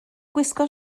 gwisgo